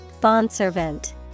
Bondservant